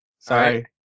Sorry